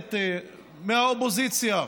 הכנסת מהאופוזיציה,